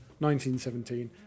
1917